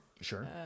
Sure